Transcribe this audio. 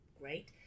great